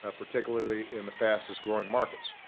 ah particularly in the fastest growing markets.